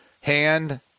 hand